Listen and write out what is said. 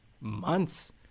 months